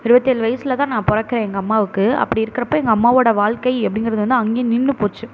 இருவத்தேழு வயதில் தான் நான் பிறக்குறேன் எங்கள் அம்மாவுக்கு அப்படி இருக்கிறப்போ எங்கள் அம்மாவோடய வாழ்க்கை அப்படிங்கிறது வந்து அங்கேயே நின்று போச்சு